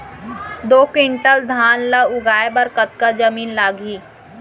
दो क्विंटल धान ला उगाए बर कतका जमीन लागही?